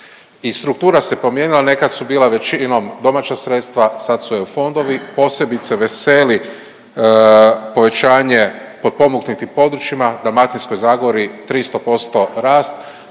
struktura se promijenila, nekad su bila većinom domaća sredstva, sad su EU fondovi. Posebice veseli povećanje potpomognutih područjima Dalmatinskoj Zagori 300% rast.